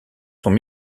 sont